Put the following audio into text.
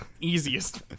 Easiest